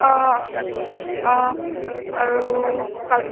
অঁ অঁ আৰু কাল